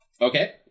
Okay